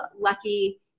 lucky